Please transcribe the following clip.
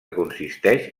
consisteix